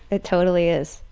it totally is.